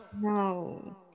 No